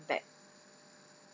back